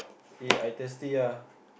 eh I thirsty ah